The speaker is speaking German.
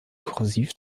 kursiv